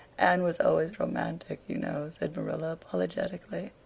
anne was always romantic, you know, said marilla apologetically.